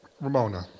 Ramona